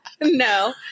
No